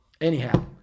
anyhow